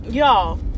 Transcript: y'all